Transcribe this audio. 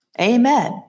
Amen